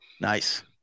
nice